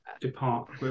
depart